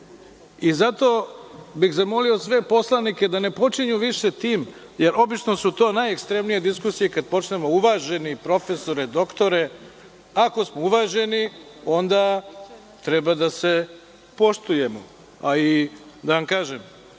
Zato bih zamolio sve poslanike da ne počinju više tim, jer obično su to najekstremnije diskusije kada počnemo – uvaženi profesore, doktore. Ako smo uvaženi onda treba da se poštujemo, a i da vam kažem,